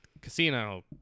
Casino